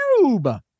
YouTube